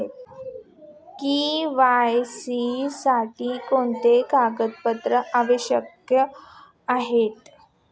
KYC साठी कोणती कागदपत्रे आवश्यक आहेत?